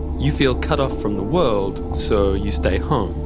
you feel cut off from the world, so you stay home,